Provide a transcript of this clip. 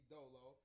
Dolo